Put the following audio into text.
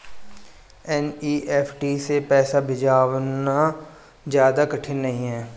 NEFT से पैसे भिजवाना ज्यादा कठिन नहीं है